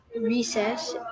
recess